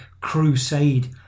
crusade